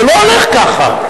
זה לא הולך ככה.